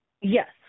Yes